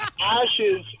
ashes